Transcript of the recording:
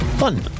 fun